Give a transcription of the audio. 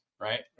right